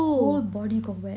whole body got wet